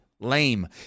Lame